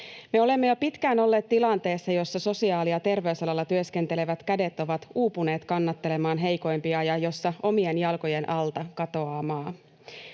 Me olemme jo pitkään olleet tilanteessa, jossa sosiaali- ja terveysalalla työskentelevät kädet ovat uupuneet kannattelemaan heikoimpia ja jossa omien jalkojen alta katoaa maa.